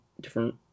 different